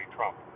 Trump